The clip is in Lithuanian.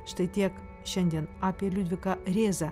štai tiek šiandien apie liudviką rėzą